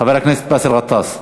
חבר הכנסת באסל גטאס.